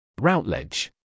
Routledge